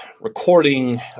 recording